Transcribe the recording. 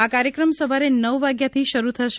આ કાર્યક્રમ સવારે નવ વાગ્યા થી શરૂ થશે